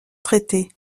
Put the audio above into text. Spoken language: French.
traités